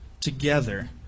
together